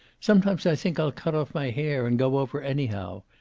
sometimes i think i'll cut off my hair, and go over anyhow.